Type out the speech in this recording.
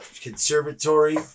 conservatory